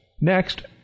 Next